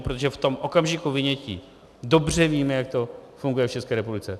Protože v tom okamžiku vynětí dobře víme, jak to funguje v České republice.